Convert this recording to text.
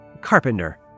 Carpenter